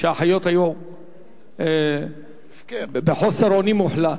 האחיות היו בחוסר אונים מוחלט.